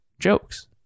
jokes